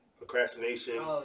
procrastination